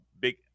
big